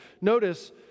Notice